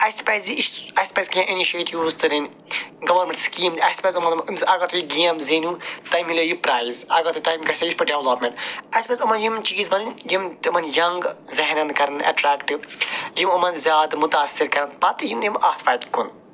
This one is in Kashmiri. اَسہِ پَزِ یِژھ اسہِ پَزِ کیٚنہہ اِنِشیٹیوٗوٕز تُلٕنۍ گورمٮ۪نٛٹ سِکیٖم اَسہِ پَزِ اگر تُہۍ گیم زیٖنِوُن تۄہہِ مِلیو یہِ پرٛایِز اگر تۄہہِ تۄہہِ گژھیو یِتھ پٲٹھۍ ڈیولَپمٮ۪نٛٹ اَسہِ پَزِ یِمَن یِم چیٖز وَنٕنۍ یِم تِمَن ینٛگ ذہنَن کَرَن اٮ۪ٹرٛیکٹ یِم یِمَن زیادٕ مُتاثِر کَرَن پتہٕ یِن یِم اَتھ وَتہِ کُن